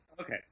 Okay